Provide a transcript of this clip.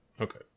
Okay